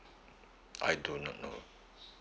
I do not know